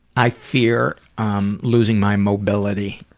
i fear um losing my mobility.